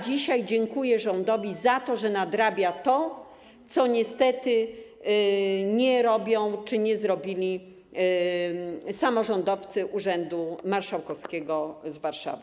Dzisiaj dziękuję rządowi za to, że nadrabia to, czego niestety nie robią czy nie zrobili samorządowcy urzędu marszałkowskiego z Warszawy.